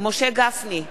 משה גפני,